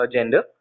Gender